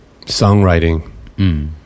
songwriting